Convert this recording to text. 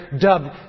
dubbed